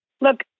look